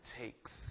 takes